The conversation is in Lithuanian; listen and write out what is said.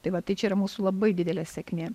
tai va tai čia yra mūsų labai didelė sėkmė